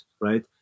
right